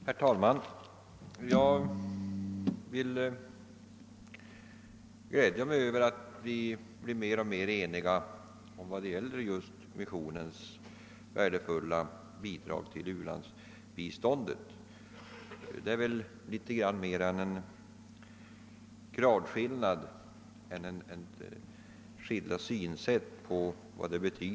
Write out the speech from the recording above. Herr talman! Jag gläder mig åt att vi blir mer och mer eniga om missionens värdefulla bidrag till u-landshjälpen. Vad som skiljer oss gäller mera graden av positiv vilja än synsättet.